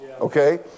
Okay